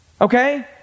okay